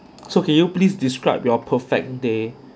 so can you please describe your perfect day